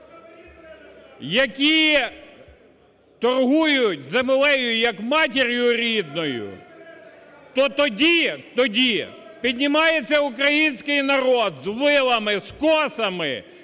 які торгують землею як матір'ю рідною, то тоді, тоді піднімається український народ з вилами, з косами